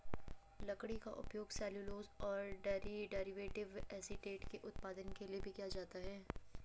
लकड़ी का उपयोग सेल्यूलोज और डेरिवेटिव एसीटेट के उत्पादन के लिए भी किया जाता है